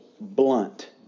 blunt